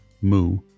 Moo